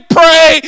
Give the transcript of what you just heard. pray